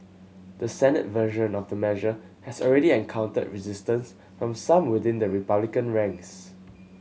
the Senate version of the measure has already encountered resistance from some within the Republican ranks